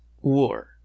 war